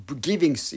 giving